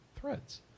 threads